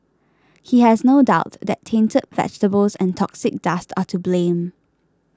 he has no doubt that tainted vegetables and toxic dust are to blame